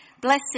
Blessed